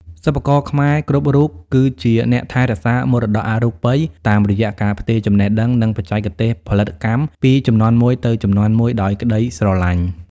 សិប្បករខ្មែរគ្រប់រូបគឺជាអ្នកថែរក្សាមរតកអរូបី តាមរយៈការផ្ទេរចំណេះដឹង និងបច្ចេកទេសផលិតកម្មពីជំនាន់មួយទៅជំនាន់មួយដោយក្ដីស្រឡាញ់។